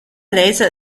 laser